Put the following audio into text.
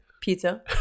pizza